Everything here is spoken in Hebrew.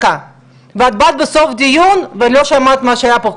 את באת בסוף הדיון ולא שמעת מה שהיה פה קודם.